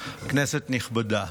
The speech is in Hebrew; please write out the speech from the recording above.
כנסת נכבדה,